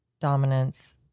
dominance